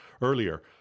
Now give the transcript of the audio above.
earlier